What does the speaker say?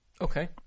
Okay